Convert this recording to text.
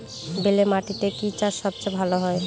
বেলে মাটিতে কি চাষ সবচেয়ে ভালো হয়?